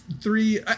three